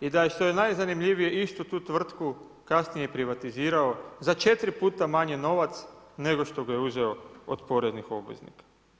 i da što je najzanimljivije istu tu tvrtku kasnije privatizirao za četiri puta manji novac nego što ga je uzeo od poreznih obveznika.